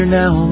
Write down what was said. now